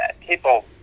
people